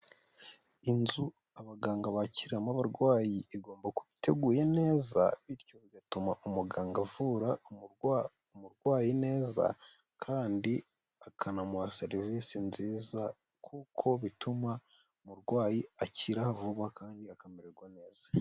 Inzu abaganga bakiramo abarwayi igomba kuba iteguye neza bityo bigatuma umuganga avura umurwayi neza, kandi akanamuha serivisi nziza kuko bituma umurwayi akira vuba kandi akamererwa neza.